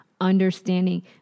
understanding